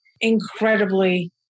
incredibly